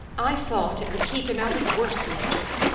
i thought it would keep him out of worse mischief.